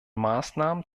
maßnahmen